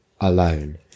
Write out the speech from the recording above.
alone